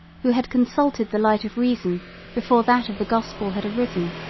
who had consulted the light of reason before that of the gospel had arisen.